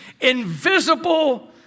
invisible